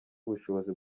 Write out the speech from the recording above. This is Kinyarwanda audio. ubushobozi